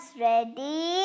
ready